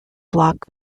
block